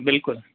बिल्कुलु